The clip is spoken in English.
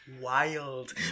wild